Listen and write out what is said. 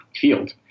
field